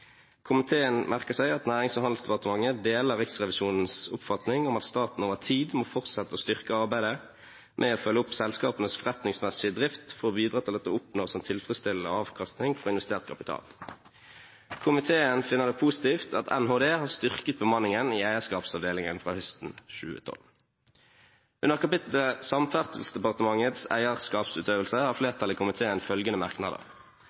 Komiteen merker seg at Nærings- og handelsdepartementet deler Riksrevisjonens oppfatning om at staten over tid må fortsette å styrke arbeidet med å følge opp selskapenes forretningsmessige drift for å bidra til at det oppnås en tilfredsstillende avkastning på investert kapital. Komiteen finner det positivt at Nærings- og handelsdepartementet har styrket bemanningen i Eierskapsavdelingen fra høsten 2012.» Under kapitlet Samferdselsdepartementets eierskapsutøvelse har komiteen følgende merknader: